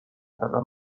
کردن